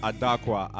Adakwa